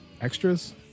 extras